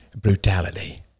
brutality